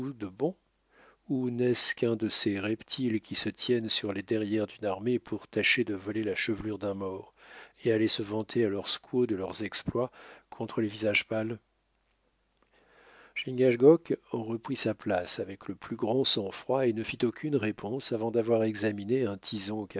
ou n'est-ce qu'un de ces reptiles qui se tiennent sur les derrières d'une armée pour tâcher de voler la chevelure d'un mort et aller se vanter à leurs squaws de leurs exploits contre les visages pâles chingachgook reprit sa place avec le plus grand sang-froid et ne fit aucune réponse avant d'avoir examiné un tison